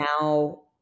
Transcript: now